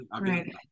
right